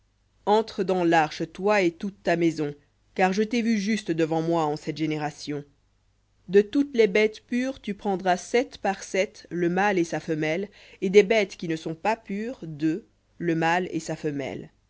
entre dans l'arche toi et toute ta maison car je t'ai vu juste devant moi en cette génération de toutes les bêtes pures tu prendras sept par sept le mâle et sa femelle et des bêtes qui ne sont pas pures deux le mâle et sa femelle